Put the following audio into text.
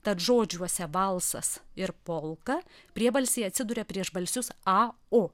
tad žodžiuose valsas ir polka priebalsiai atsiduria prieš balsius a o